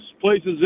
places